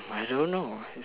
hmm I don't know